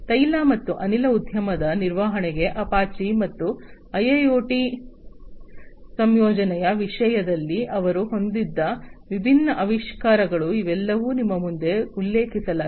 ತೈಲ ಮತ್ತು ಅನಿಲ ಉದ್ಯಮದ ನಿರ್ವಹಣೆಗೆ ಅಪಾಚೆ ಮತ್ತು ಐಐಒಟಿ ಸಂಯೋಜನೆಯ ವಿಷಯದಲ್ಲಿ ಅವರು ಹೊಂದಿದ್ದ ವಿಭಿನ್ನ ಆವಿಷ್ಕಾರಗಳು ಇವೆಲ್ಲವನ್ನೂ ನಿಮ್ಮ ಮುಂದೆ ಉಲ್ಲೇಖಿಸಲಾಗಿದೆ